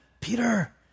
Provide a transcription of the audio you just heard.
Peter